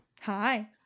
Hi